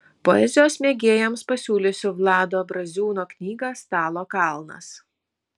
poezijos mėgėjams pasiūlysiu vlado braziūno knygą stalo kalnas